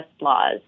laws